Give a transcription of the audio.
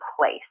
place